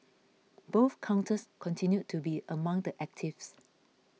both counters continued to be among the actives